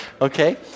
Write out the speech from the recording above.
Okay